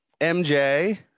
mj